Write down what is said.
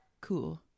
cool